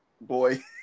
boy